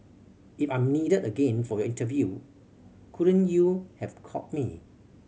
if I'm needed again for your interview couldn't you have called me